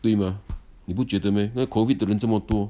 对吗你不觉得 meh 那个 COVID 的人这么多